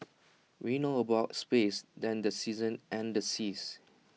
we know more about space than the seasons and the seas